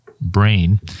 brain